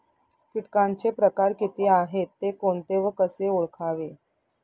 किटकांचे प्रकार किती आहेत, ते कोणते व कसे ओळखावे?